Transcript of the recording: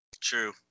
True